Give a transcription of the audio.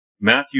Matthew